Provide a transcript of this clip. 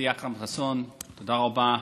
ידידי אכרם חסון, תודה רבה.